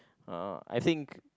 uh I think